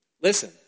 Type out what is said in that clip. Listen